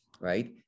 right